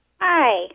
Hi